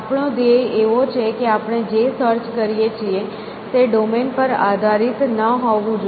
આપણો ધ્યેય એવો છે કે આપણે જે સર્ચ કરીએ છીએ તે ડોમેન પર આધારિત ન હોવું જોઈએ